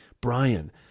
Brian